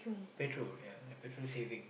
petrol ya and petrol saving